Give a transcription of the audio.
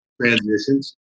transitions